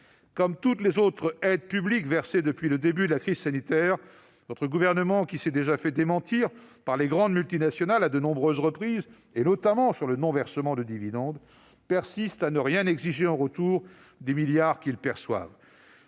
Comme toutes les autres aides publiques versées depuis le début de la crise sanitaire, votre gouvernement qui s'est déjà fait démentir par les grandes multinationales à de nombreuses reprises, notamment sur le non-versement de dividendes, persiste à ne rien exiger en retour des milliards d'euros